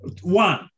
one